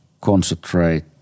concentrate